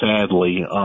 sadly